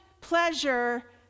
pleasure